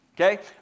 Okay